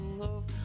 love